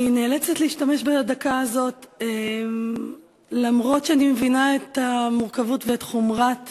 אני נאלצת להשתמש בדקה הזאת למרות שאני מבינה את המורכבות ואת חומרת